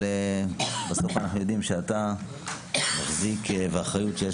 בסוף אנחנו יודעים שאתה מחזיק והאחריות שיש